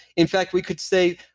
in fact, we could say,